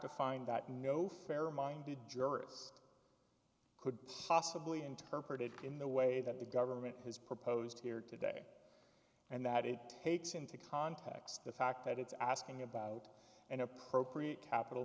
to find that no fair minded jurist could possibly interpret it in the way that the government has proposed here today and that it takes into context the fact that it's asking about an appropriate capital